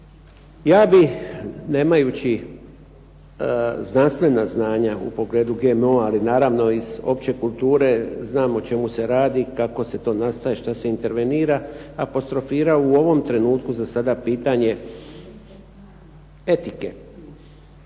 Ja bih nemajući znanstvena znanja u pogledu GMO-a, ali naravno iz opće kulture znam o čemu se radi, kako se to nastaje, šta se intervenira, apostrofira u ovom trenutku za sada pitanje etike.